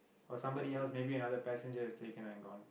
or somebody else maybe another passenger has taken and gone